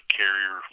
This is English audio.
carrier